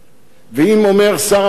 ואם אומר שר הרווחה,